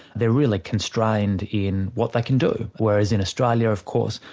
they're really constrained in what they can do. whereas in australia of course,